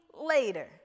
later